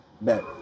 Bet